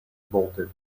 bolted